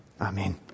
Amen